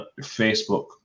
facebook